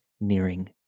nearing